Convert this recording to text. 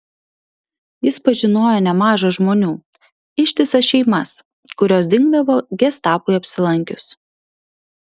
jis pažinojo nemaža žmonių ištisas šeimas kurios dingdavo gestapui apsilankius